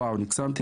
וואו הוקסמתי.